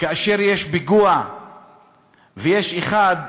כאשר יש פיגוע ויש אחד,